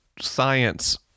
science